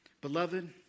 Beloved